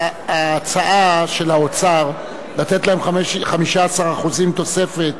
ההצעה של האוצר לתת להם 15% תוספת,